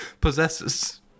Possesses